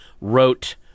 wrote